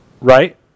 Right